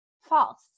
False